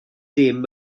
dim